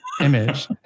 image